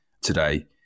today